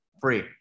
free